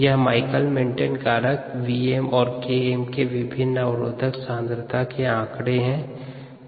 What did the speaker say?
यह Michaelis Menten कारक Vm और Km के विभिन्न अवरोधक सांद्रता के आंकड़े है